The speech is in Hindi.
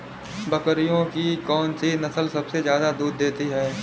बकरियों की कौन सी नस्ल सबसे ज्यादा दूध देती है?